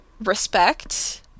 respect